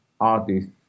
artists